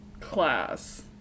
class